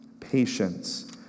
patience